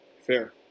Fair